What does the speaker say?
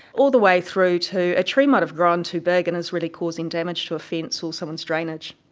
all the way through to a tree might have grown too big and is really causing damage to a fence or someone's drainage.